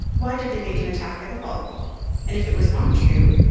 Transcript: why did they make an attack at all and, if it was not true,